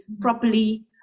properly